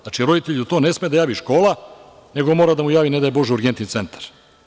Znači, roditelju to ne sme da javi škola, nego mora da mu javi, ne daj Bože, urgentni centar.